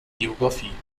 geographie